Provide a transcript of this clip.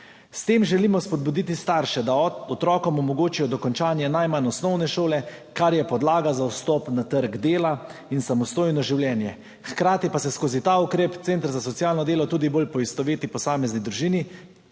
S tem želimo spodbuditi starše, da otrokom omogočijo dokončanje najmanj osnovne šole, kar je podlaga za vstop na trg dela in samostojno življenje, hkrati pa se skozi ta ukrep center za socialno delo tudi bolj posveti posamezni družini